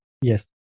Yes